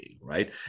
right